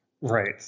Right